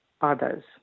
others